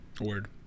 Word